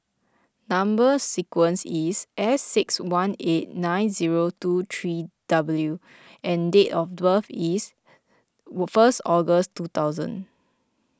Number Sequence is S six one eight nine zero two three W and date of birth is first August two thousand